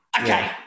Okay